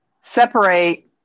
separate